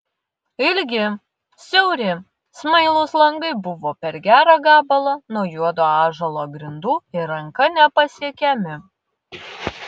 ilgi siauri smailūs langai buvo per gerą gabalą nuo juodo ąžuolo grindų ir ranka nepasiekiami